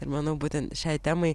ir manau būtent šiai temai